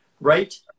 right